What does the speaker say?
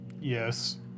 Yes